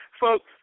folks